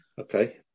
Okay